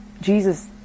Jesus